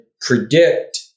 predict